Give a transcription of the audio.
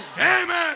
Amen